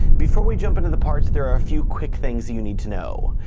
before we jump into the parts, there are a few quick things that you need to know.